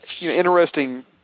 interesting